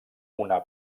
una